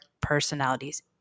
personalities